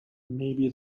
maybe